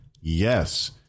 yes